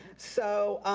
so